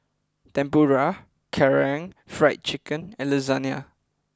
Tempura Karaage Fried Chicken and Lasagna